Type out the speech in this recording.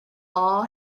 all